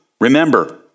Remember